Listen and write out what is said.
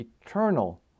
eternal